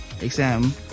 exam